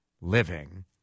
living